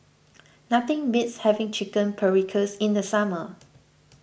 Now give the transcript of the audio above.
nothing beats having Chicken Paprikas in the summer